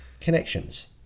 Connections